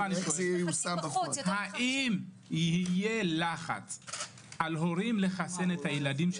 שאלה האם יהיה לחץ על הורים לחסן את הילדים,